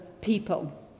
people